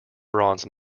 bronze